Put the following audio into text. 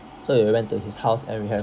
so we went to his house and we have